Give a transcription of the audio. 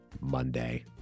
Monday